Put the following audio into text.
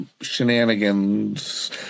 shenanigans